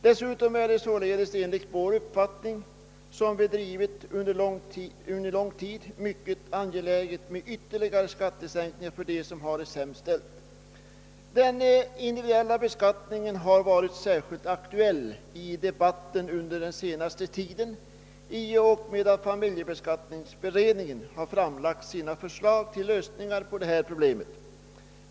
Dessutom är det enligt vår uppfattning, som vi förfäktat under lång tid, mycket angeläget med ytterligare skattesänkningar för dem som har det sämst ställt. Den individuella beskattningen har varit särskilt aktuell i debatten under den senaste tiden i och med att familjeskatteberedningen framlagt sina förslag till lösningar på detta problem.